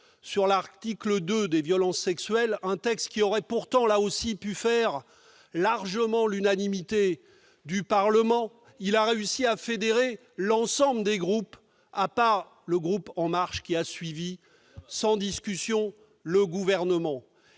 sur les violences sexuelles- un texte qui aurait pourtant, là aussi, pu faire largement l'unanimité du Parlement -, de fédérer l'ensemble des groupes, à part celui de La République En Marche, qui a suivi sans discussion le Gouvernement.